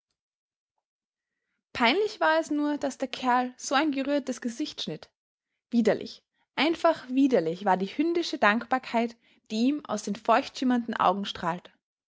peinlich war es nur daß der kerl so ein gerührtes gesicht schnitt widerlich einfach widerlich war die hündische dankbarkeit die ihm aus den feuchtschimmernden augen strahlte